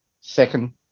Second